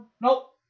Nope